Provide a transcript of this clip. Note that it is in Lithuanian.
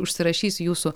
užsirašys jūsų